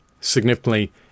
significantly